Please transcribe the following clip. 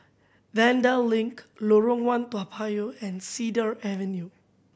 Vanda Link Lorong One Toa Payoh and Cedar Avenue